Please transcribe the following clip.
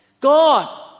God